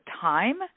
time